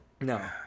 no